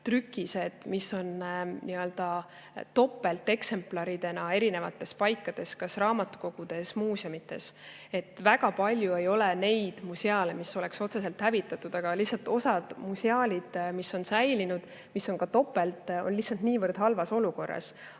trükised, mis on nii-öelda topelteksemplaridena erinevates paikades, näiteks raamatukogudes ja muuseumides. Väga palju ei ole neid museaale, mis oleks otseselt hävitatud, aga lihtsalt osa museaale, mis on säilinud ja mida on topelt, on lihtsalt niivõrd halvas seisukorras.